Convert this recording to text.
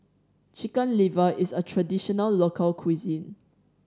Chicken Liver is a traditional local cuisine